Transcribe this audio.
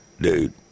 dude